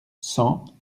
cent